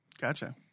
gotcha